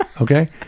Okay